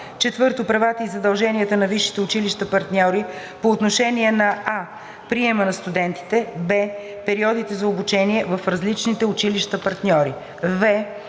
1; 4. правата и задълженията на висшите училища партньори по отношение на: а) приема на студентите; б) периодите на обучение в различните висши училища партньори; в)